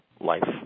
life